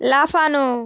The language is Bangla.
লাফানো